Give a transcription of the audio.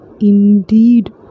indeed